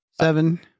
Seven